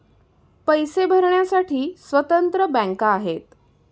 पैसे भरण्यासाठी स्वतंत्र बँका आहेत